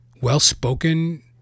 well-spoken